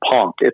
punk